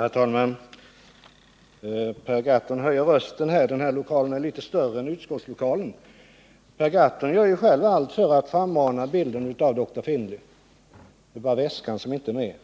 Herr talman! Per Gahrton höjer rösten. Den här lokalen är litet större än utskottslokalen. Per Gahrton gör själv allt för att frammana bilden av dr Finlay. Det är bara väskan som inte är med.